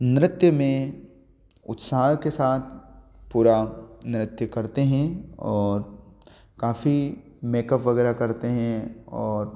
नृत्य में उत्साह के साथ पूरा नृत्य करती हैं और काफ़ी मेकअप वगैरह करती हैं और